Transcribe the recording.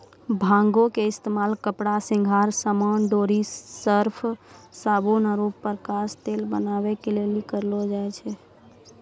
भांगो के इस्तेमाल कपड़ा, श्रृंगार समान, डोरी, सर्फ, साबुन आरु प्रकाश तेल बनाबै के लेली करलो जाय छै